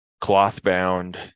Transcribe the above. cloth-bound